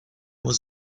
was